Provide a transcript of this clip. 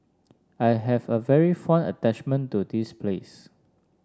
I have a very fond attachment to this place